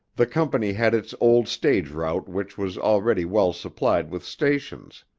the company had its old stage route which was already well supplied with stations.